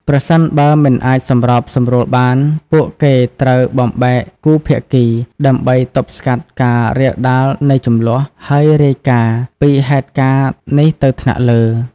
ប្រសិនបើមិនអាចសម្របសម្រួលបាន ពួកគេត្រូវ បំបែកគូភាគី ដើម្បីទប់ស្កាត់ការរាលដាលនៃជម្លោះ ហើយរាយការណ៍ ពីហេតុការណ៍នេះទៅថ្នាក់លើ។